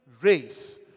race